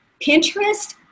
Pinterest